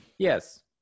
Yes